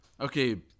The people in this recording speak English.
Okay